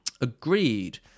agreed